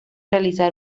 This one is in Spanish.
realizar